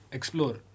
Explore